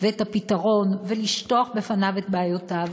ואת הפתרון ולשטוח בפניו את בעיותיהם,